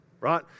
right